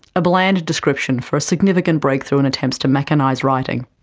a bland description for a significant breakthrough in attempts to mechanise writing,